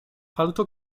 palto